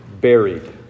buried